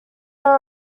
there